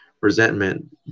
resentment